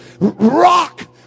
rock